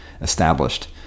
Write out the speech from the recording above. established